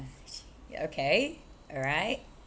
okay alright